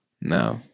No